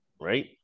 right